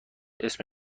اسم